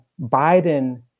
Biden